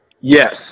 Yes